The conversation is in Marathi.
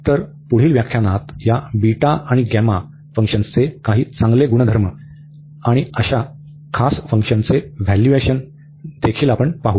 तर पुढील व्याख्यानात या बीटा आणि गॅमा फंक्शनचे काही चांगले गुणधर्म आणि अशा खास फंक्शन्सचे व्हॅल्यूएशन देखील पाहू